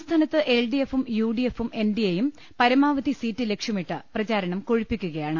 സംസ്ഥാനത്ത് എൽഡിഎഫും യുഡിഎഫും എൻഡിഎ യും പരമാവധി സീറ്റ് ലക്ഷ്യമിട്ട് പ്രചാരണം കൊഴുപ്പിക്കുകയാണ്